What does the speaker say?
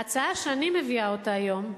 ההצעה שאני מביאה היום,